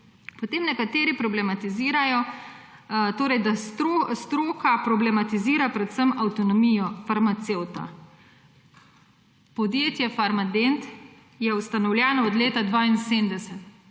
Potem nekateri problematizirajo, da stroka problematizira predvsem avtonomijo farmacevta. Podjetje Farmadent je ustanovljeno od leta 1972.